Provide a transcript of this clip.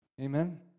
Amen